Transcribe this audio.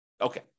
Okay